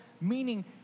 meaning